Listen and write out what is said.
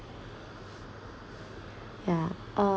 yah uh